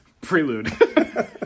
Prelude